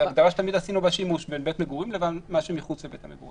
הגדרה שתמיד עשינו בה שימוש בין בית מגורים לבין מה שמחוץ לבית המגורים.